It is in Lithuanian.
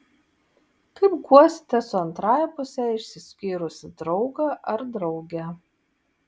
kaip guosite su antrąja puse išsiskyrusį draugą ar draugę